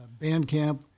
Bandcamp